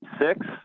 Six